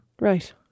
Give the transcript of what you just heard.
right